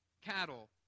cattle